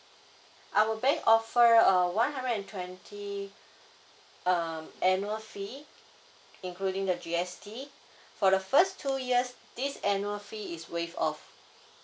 our bank offer uh one hundred and twenty um annual fee including the G_S_T for the first two years this annual fee is waive off